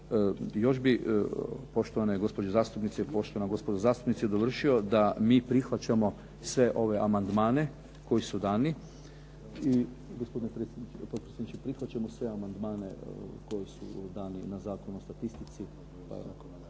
Još bi, poštovane gospođe zastupnice i poštovana gospodo zastupnici, dovršio da mi prihvaćamo sve ove amandmane koji su dani i gospodine potpredsjedniče prihvaćamo sve amandmane koji su dani na Zakon o statistici.